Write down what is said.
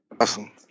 Awesome